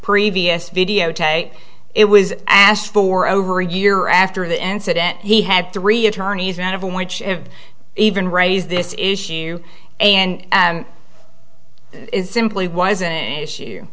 previous videotape it was asked for over a year after the incident he had three attorneys none of which have even raised this issue and simply wasn't an issue